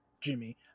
jimmy